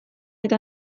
eta